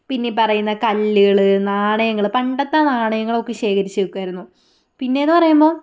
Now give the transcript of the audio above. പിന്നീ പറയുന്ന കള്ളികൾ നാണയങ്ങൾ പണ്ടത്തെ നാണയങ്ങളൊക്കെ ശേഖരിച്ച് വെയ്ക്കുമായിരുന്നു പിന്നെയെന്ന് പറയുമ്പം